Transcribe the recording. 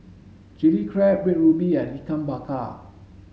chilli crab red ruby and ikan bakar